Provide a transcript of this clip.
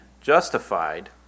justified